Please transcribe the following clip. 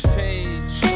page